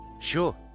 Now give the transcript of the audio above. sure